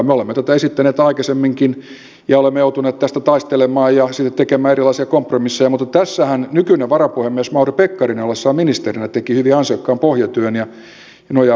me olemme tätä esittäneet aikaisemminkin ja olemme joutuneet tästä taistelemaan ja siitä tekemään erilaisia kompromisseja mutta tässähän nykyinen varapuhemies mauri pekkarinen ollessaan ministerinä teki hyvin ansiokkaan pohjatyön ja nojaamme tähän